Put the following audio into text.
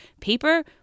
paper